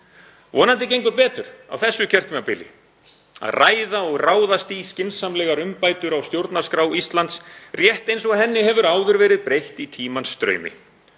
Vonandi gengur betur á þessu kjörtímabili að ræða og ráðast í skynsamlegar umbætur á stjórnarskrá Íslands, rétt eins og henni hefur áður verið breytt í tímans straumi.